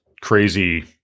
crazy